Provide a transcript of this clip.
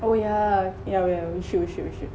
oh yeah yeah yeah we should we should